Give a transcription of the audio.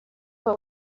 what